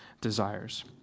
desires